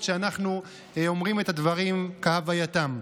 שאנחנו אומרים את הדברים כהווייתם.